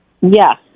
Yes